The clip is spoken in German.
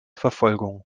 verfolgung